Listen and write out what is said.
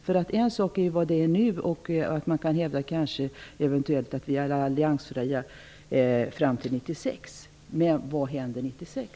Nu kan man kanske hävda att vi är alliansfria fram till 1996, men vad händer 1996?